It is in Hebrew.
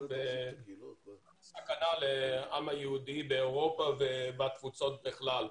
כסכנה לעם היהודי באירופה ובתפוצות בכלל.